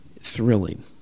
thrilling